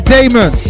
Damon